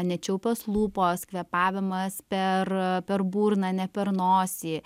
nečiaupios lūpos kvėpavimas per per burną ne per nosį